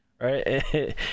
right